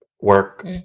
work